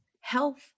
health